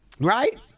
Right